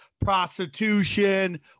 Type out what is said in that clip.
prostitution